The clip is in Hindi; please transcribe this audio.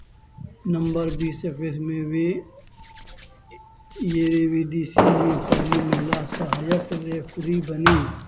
नंबर बीस इक्कीस में वह एरेविडीसी में पहली महिला सहायक रेफरी बनीं